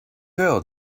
girl